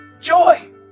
Joy